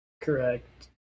Correct